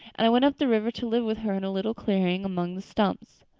and i went up the river to live with her in a little clearing among the stumps.